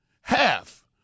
half